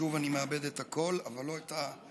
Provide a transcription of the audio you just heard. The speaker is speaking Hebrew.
שוב אני מאבד את הקול אבל לא את הלהט.